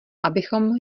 abychom